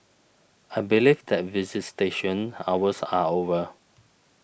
I believe that visitation hours are over